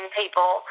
people